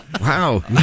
Wow